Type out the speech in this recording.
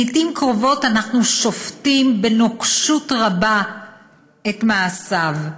לעיתים קרובות אנחנו שופטים בנוקשות רבה את מעשיו.